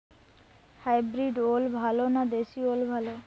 Hybrid ওল ভালো না দেশী ওল ভাল?